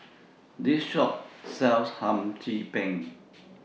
This Shop sells Hum Chim Peng